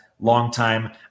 Longtime